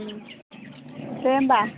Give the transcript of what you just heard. उम दे होमब्ला